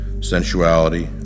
sensuality